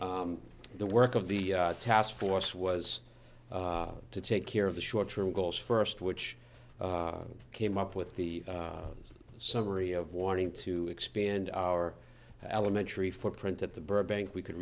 the work of the task force was to take care of the short term goals first which came up with the summary of wanting to expand our elementary footprint at the burbank we could